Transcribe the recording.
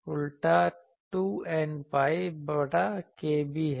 यह sin उलटा 2n𝝅 बटा kb है